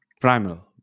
Primal